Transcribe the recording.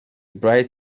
bright